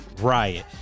riot